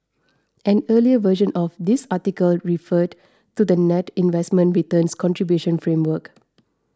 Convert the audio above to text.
an earlier version of this article referred to the net investment returns contribution framework